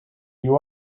you